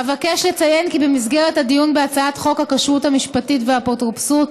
אבקש לציין כי במסגרת הדיון בהצעת חוק הכשרות המשפטית והאפוטרופסות